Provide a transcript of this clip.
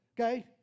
Okay